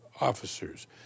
officers